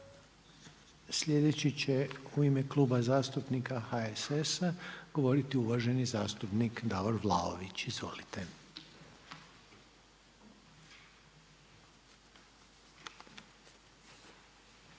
Sljedeći će u ime Kluba zastupnika HSS-a govoriti uvaženi zastupnik Davor Vlaović. Izvolite.